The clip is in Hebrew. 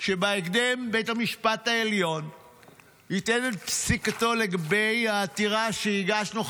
שבית המשפט העליון ייתן בהקדם את פסיקתו לגבי העתירה שהגשנו,